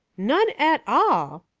none at all!